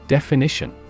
Definition